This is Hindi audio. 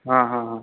हाँ हाँ हाँ